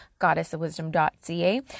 goddessofwisdom.ca